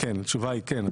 התשובה היא כן.